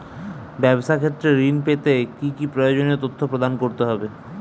ব্যাবসা ক্ষেত্রে ঋণ পেতে কি কি প্রয়োজনীয় তথ্য প্রদান করতে হবে?